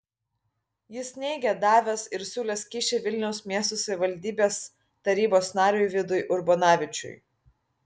jis neigė davęs ir siūlęs kyšį vilniaus miesto savivaldybės tarybos nariui vidui urbonavičiui